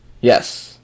Yes